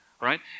Right